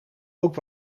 ook